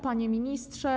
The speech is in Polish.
Panie Ministrze!